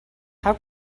how